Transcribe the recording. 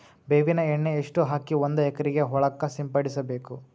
ಬೇವಿನ ಎಣ್ಣೆ ಎಷ್ಟು ಹಾಕಿ ಒಂದ ಎಕರೆಗೆ ಹೊಳಕ್ಕ ಸಿಂಪಡಸಬೇಕು?